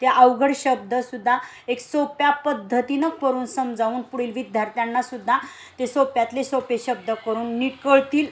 ते अवघड शब्दसुद्धा एक सोप्या पद्धतीनं करून समजावून पुढील विद्यार्थ्यांनासुद्धा ते सोप्यातले सोपे शब्द करून नीट कळतील